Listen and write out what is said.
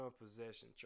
possession